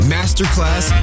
Masterclass